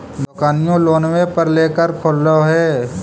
दोकनिओ लोनवे पर लेकर खोललहो हे?